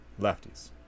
lefties